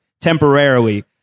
temporarily